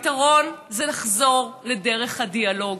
הפתרון הוא לחזור לדרך הדיאלוג.